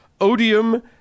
odium